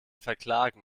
verklagen